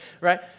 right